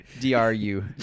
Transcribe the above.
D-R-U